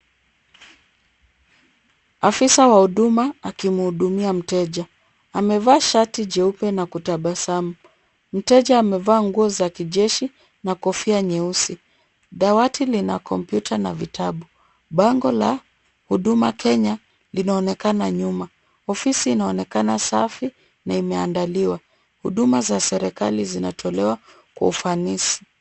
Afisa wa huduma akimuhudumia mteja. Amevaa shati jeupe na kutabasamu. Mteja amevaa nguo za kijeshi na kofia nyeusi. Dawati lina computer na vitabu. Bango la huduma Kenya linaonekana nyuma. Ofisi inaonekana safi na imeandaliwa. Huduma za serikali zinatolewa kwa ufanisi.